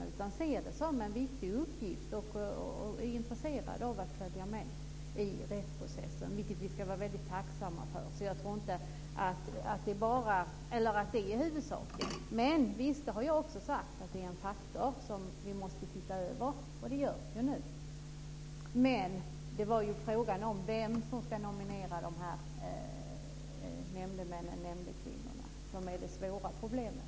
De ser detta som en viktig uppgift och de är intresserade av att följa med i rättsprocessen, vilket vi ska vara tacksamma för. Jag tror alltså inte att detta är huvudorsaken. Men det är en faktor som vi måste titta över - det har jag också sagt. Det görs också nu. Men det är frågan om vem som ska nominera nämndemännen och nämndekvinnorna som är det svåra problemet.